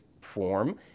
form